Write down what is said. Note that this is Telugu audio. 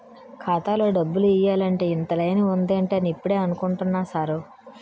ఖాతాలో డబ్బులు ఎయ్యాలంటే ఇంత లైను ఉందేటి అని ఇప్పుడే అనుకుంటున్నా సారు